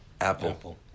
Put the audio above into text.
Apple